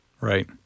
Right